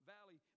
Valley